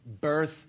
birth